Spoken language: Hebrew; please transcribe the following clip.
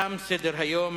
תם סדר-היום.